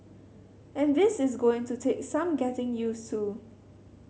and this is going to take some getting use to